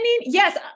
Yes